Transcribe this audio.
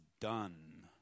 done